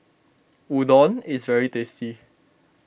Udon is very tasty